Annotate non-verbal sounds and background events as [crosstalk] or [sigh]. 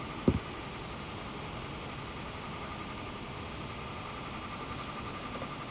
[breath]